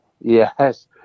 Yes